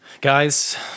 Guys